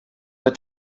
but